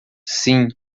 sim